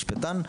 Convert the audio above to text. משפטן,